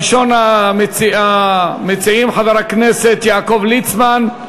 ראשון המציעים, חבר הכנסת יעקב ליצמן.